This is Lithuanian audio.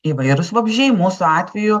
įvairūs vabzdžiai mūsų atveju